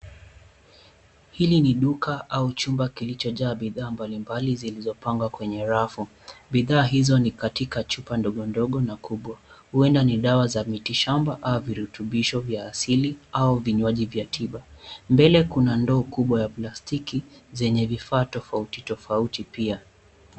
Hili ni duka au chumba kilichojaa bidhaa mbalimbali zilizopangwa kwenye rafu. Bidhaa hizo ni katika chupa ndogo ndogo na kubwa. Huenda ni dawa za miti shamba au virutubisho vya asili, au vinywaji vya tiba. Mbele, kuna ndoo kubwa ya plastiki zenye vifaa tofauti tofauti pia.